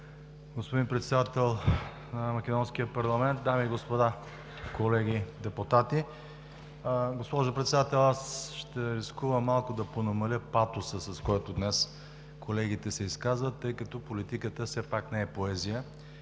господин Председател на Македонския парламент, дами и господа, колеги депутати! Госпожо Председател, аз ще рискувам малко да намаля патоса, с който днес колегите се изказват, тъй като политиката все пак не е поезия